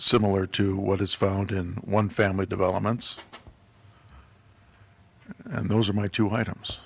similar to what is found in one family developments and those are my two